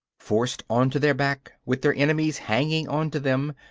forced on to their back, with their enemies hanging on to them,